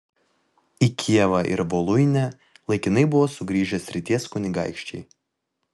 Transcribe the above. į kijevą ir voluinę laikinai buvo sugrįžę srities kunigaikščiai